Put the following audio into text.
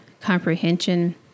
comprehension